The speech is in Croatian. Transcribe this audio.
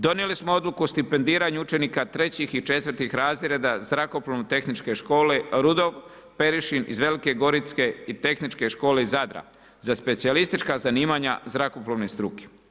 Donijeli smo odluku o stipendiranju učenika 3. i 4. razreda Zrakoplovno-tehničke škole Rudolf Perešin iz Velike Gorice i Tehničke škole iz Zadra za specijalista zanimanja zrakoplovne struke.